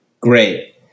great